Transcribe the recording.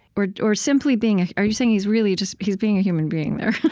or or simply being are you saying he's really just he's being a human being there?